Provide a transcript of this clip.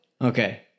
Okay